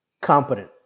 competent